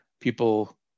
people